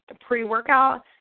pre-workout